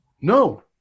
No